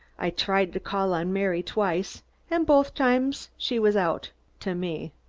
i tried to call on mary twice and both times she was out to me.